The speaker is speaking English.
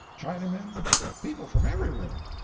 chinamen people from everywhere.